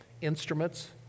Instruments